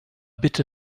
bitte